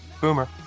boomer